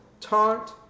taunt